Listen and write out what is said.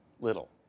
little